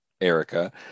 Erica